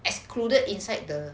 excluded inside the